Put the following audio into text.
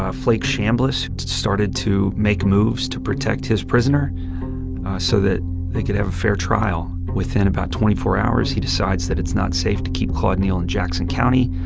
ah flake chambliss, started to make moves to protect his prisoner so that they could have a fair trial. within about twenty four hours, he decides that it's not safe to keep claude neal in jackson county.